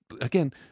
again